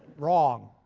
wrong.